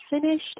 finished